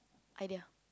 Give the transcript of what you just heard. idea